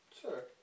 Sure